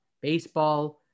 Baseball